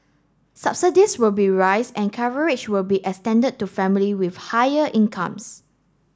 subsidies will be rise and coverage will be extended to family with higher incomes